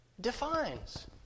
defines